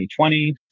2020